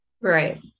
Right